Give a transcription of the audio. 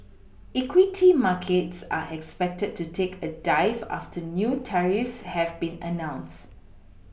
equity markets are expected to take a dive after new tariffs have been announced